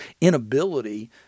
inability